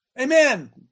Amen